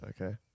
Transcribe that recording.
Okay